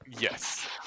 yes